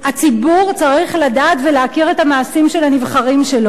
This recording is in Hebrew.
הציבור צריך לדעת ולהכיר את המעשים של הנבחרים שלו,